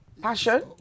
Passion